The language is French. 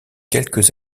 quelques